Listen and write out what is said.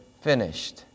finished